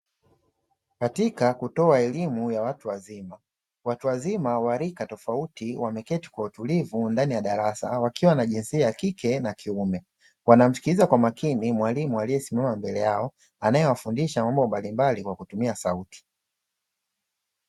Katika kutoa elimu ya watu wazima, watu wazima wa rika tofauti wameketi kwa utulivu ndani ya darasa wakiwa na jinsia ya kike na kiume. Wanamsikiliza kwa makini mwalimu aliyesimama mbele yao anayewafundisha mambo mbalimbali kwa kutumia sauti.